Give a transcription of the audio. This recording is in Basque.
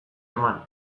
eman